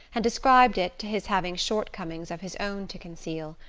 and ascribed it to his having shortcomings of his own to conceal.